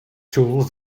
tools